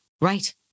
Right